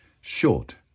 short